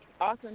awesome